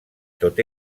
tot